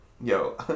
Yo